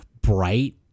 bright